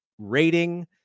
rating